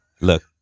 look